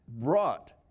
brought